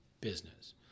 business